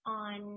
on